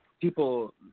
People